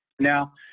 Now